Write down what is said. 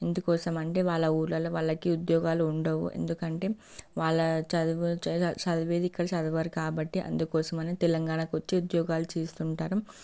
ఇందుకోసం అంటే వాళ్ళ ఊళ్లలో వాళ్ళకి ఉద్యోగాలు ఉండవు ఎందుకంటే వాళ్ళ చదువు చదివేది ఇక్కడ చదవరు కాబట్టి అందుకోసమనే తెలంగాణ కొచ్చి ఉద్యోగాలు చేస్తుంటారు